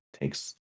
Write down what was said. takes